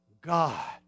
God